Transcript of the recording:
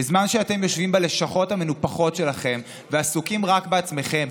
בזמן שאתם יושבים בלשכות המנופחות שלכם ועסוקים רק בעצמכם,